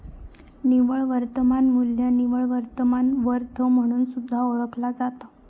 निव्वळ वर्तमान मू्ल्य निव्वळ वर्तमान वर्थ म्हणून सुद्धा ओळखला जाता